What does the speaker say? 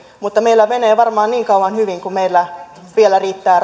mutta meillä menee varmaan niin kauan hyvin kuin meillä vielä riittää